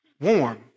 warm